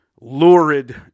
lurid